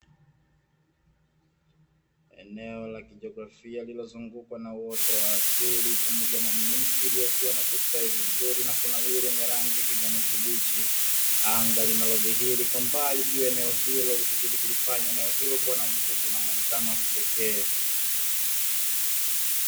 Eneo la kijiografia lililozungukwa na wote wa asili pamoja na miti iliyokuwa na kustawi vizuri na kunawili yenye rangi kijani kibichi. Anga linalodhihirika mbali juu eneo hilo likizidi kulifanya eneo hilo kuwa na mvuto na mwonekano wa kipekee."